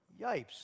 Yipes